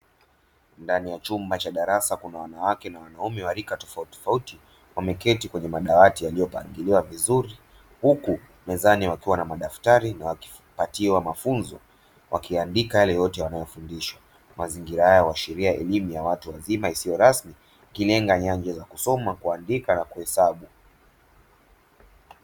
Ndani ya chumba cha darasa kuna wanawake na wanaume wa rika tofauti tofauti wameketi kwenye madawati yaliyopangiliwa vizuri, huku mezani wakiwa na madaftari wakipatiwa mafunzo kwa kuandika yale yote wanayofundishwa. Mazingira haya ya huashiria elimu ya watu wazima isiyo rasmi ikilenga nyenzo ya kusoma, kuandika na kuhesabu.